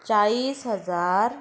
चाळीस हजार